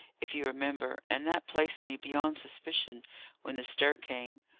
if you remember, and that placed me beyond suspicion when the stir came,